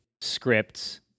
scripts